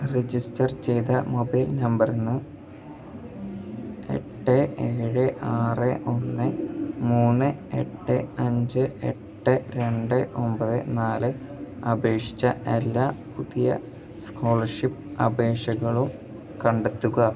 register ചെയ്ത mobile നമ്പറിന്ന് എട്ട് ഏഴ് ആറ് ഒന്ന് മൂന്ന് എട്ട് അഞ്ച് എട്ട് രണ്ട് ഒൻപത് നാല് അപേക്ഷിച്ച എല്ലാ പുതിയ സ്കോളർഷിപ്പ് അപേക്ഷകളും കണ്ടെത്തുക